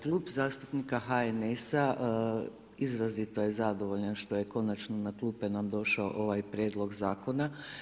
Klub zastupnika HNS-a izrazito je zadovoljan što je konačno na klupe nam došao ovaj prijedlog zakona.